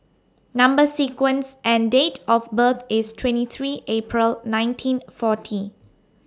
Number sequence and Date of birth IS twenty three April nineteen forty